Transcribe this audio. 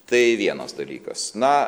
tai vienas dalykas